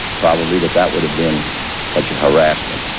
probably, that that would've been such a harassment.